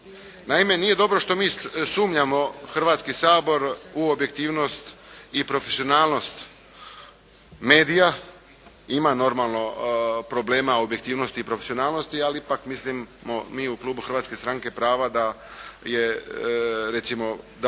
Naime nije dobro što mi sumnjamo, Hrvatski sabor, u objektivnost i profesionalnost medija. Ima normalno problema u objektivnosti u profesionalnosti, ali ipak mislimo mi u klubu Hrvatske stranke prava da je recimo, da